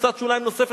קבוצת שוליים נוספת,